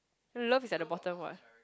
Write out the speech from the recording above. love is at the bottom what